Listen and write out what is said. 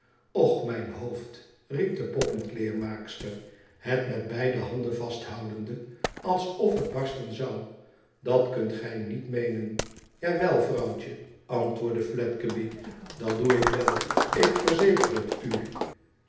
och mijn hoofd riep de poppenkleermaakster het met beide handen vasthoudende alsof het barsten zou idat kunt gij niet meenen ja wel vrouwtje antwoordde fledgeby i dat doe ik wel ik verzeker het u